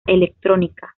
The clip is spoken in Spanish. electrónica